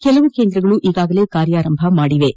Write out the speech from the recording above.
ಕೆಲವು ಕೇಂದ್ರಗಳು ಈಗಾಗಲೇ ಕಾರ್ಯಾರಂಭಿಸಿವೆ